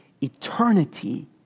eternity